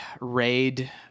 raid